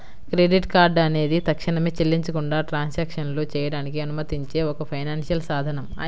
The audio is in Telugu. క్రెడిట్ కార్డ్ అనేది తక్షణమే చెల్లించకుండా ట్రాన్సాక్షన్లు చేయడానికి అనుమతించే ఒక ఫైనాన్షియల్ సాధనం